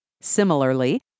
Similarly